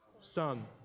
Son